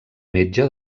metge